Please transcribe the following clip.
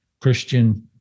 Christian